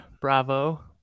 Bravo